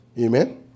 Amen